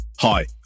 Hi